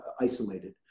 isolated